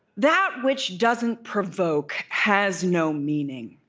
that which doesn't provoke has no meaning,